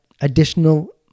additional